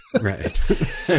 Right